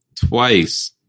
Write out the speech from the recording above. Twice